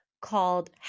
called